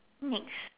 next